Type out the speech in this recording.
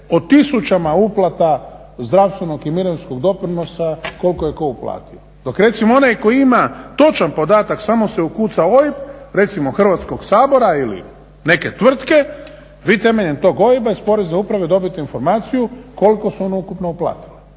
o tisućama uplata zdravstvenog i mirovinskog doprinosa koliko je tko uplatio. Dok recimo onaj tko ima točan podatak samo se ukuca OIB, recimo Hrvatskog sabora ili neke tvrtke. Vi temeljem tog OIB-a iz Porezne uprave dobijete informaciju koliko su oni ukupno uplatili,